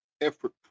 effort